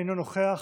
אינו נוכח.